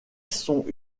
sont